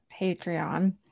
Patreon